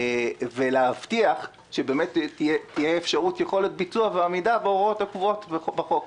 ולהבטיח שתהיה באמת יכולת ביצוע ועמידה בהוראות הקבועות בחוק.